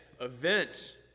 event